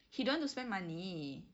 he don't want to spend money